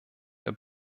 der